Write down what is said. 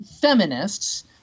feminists